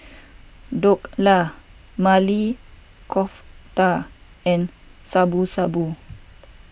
Dhokla Maili Kofta and Shabu Shabu